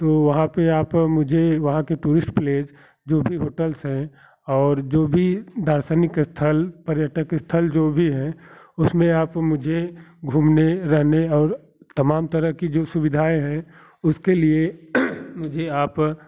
तो वहाँ पे आप मुझे वहाँ के टुरिस्ट प्लेस जो भी होटल्स हैं और जो भी दार्शनिक स्थल पर्यटक स्थल जो भी है उसमें आप मुझे घूमने रहने और तमाम तरह की जो सुविधाएँ हैं उसके लिए मुझे आप